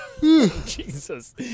Jesus